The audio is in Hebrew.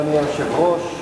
אדוני היושב-ראש,